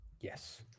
Yes